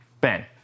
Ben